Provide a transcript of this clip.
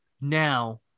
now